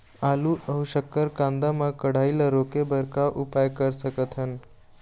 आलू अऊ शक्कर कांदा मा कढ़ाई ला रोके बर का उपाय कर सकथन?